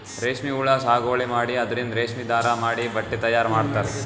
ರೇಶ್ಮಿ ಹುಳಾ ಸಾಗುವಳಿ ಮಾಡಿ ಅದರಿಂದ್ ರೇಶ್ಮಿ ದಾರಾ ಮಾಡಿ ಬಟ್ಟಿ ತಯಾರ್ ಮಾಡ್ತರ್